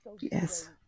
Yes